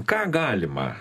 ką galima